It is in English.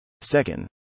Second